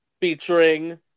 featuring